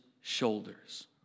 shoulders